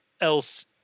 else